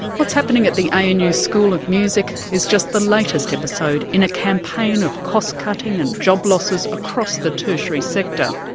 what's happening at the anu school of music is just the latest episode in a campaign of cost-cutting and job losses across the tertiary sector.